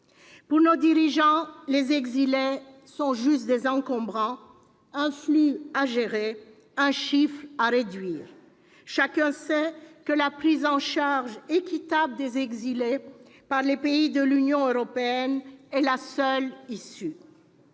Pour nos dirigeants, les exilés ne sont que des encombrants, un flux à gérer, un chiffre à réduire. Chacun sait que la prise en charge équitable des exilés par les pays de l'Union européenne est la seule issue.